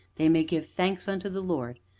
they may give thanks unto the lord,